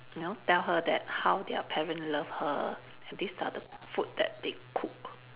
you know tell her that how their parent love her and this are the food that they cook